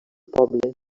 poble